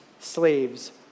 slaves